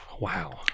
Wow